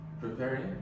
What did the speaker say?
Preparing